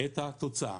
את התוצאה.